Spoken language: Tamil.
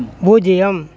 பூஜ்ஜியம்